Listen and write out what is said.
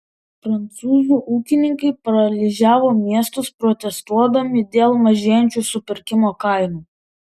prancūzų ūkininkai paralyžiavo miestus protestuodami dėl mažėjančių supirkimo kainų